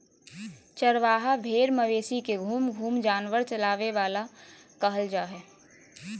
चरवाहा भेड़ मवेशी के घूम घूम जानवर चराबे वाला के कहल जा हइ